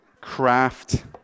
craft